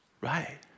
Right